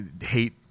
hate